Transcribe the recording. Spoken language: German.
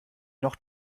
noch